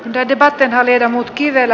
dei debattena viedä mut kiven